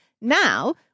Now